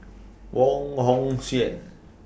Wong Hong Suen